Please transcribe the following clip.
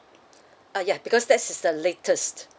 uh ya because that is the latest